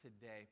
today